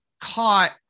caught